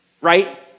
right